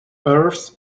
earth